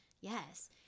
yes